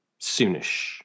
soonish